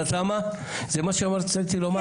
את יודעת למה, זה מה שרציתי לומר לך,